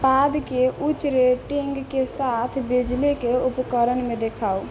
उत्पादके उच्च रेटिंगके साथ बिजलीके उपकरणमे देखाउ